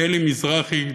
אלי מזרחי,